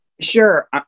Sure